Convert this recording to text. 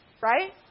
Right